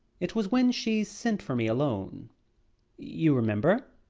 it was when she sent for me alone you remember?